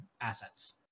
assets